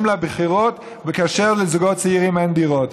לבחירות כאשר לזוגות צעירים אין דירות.